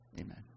Amen